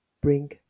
bring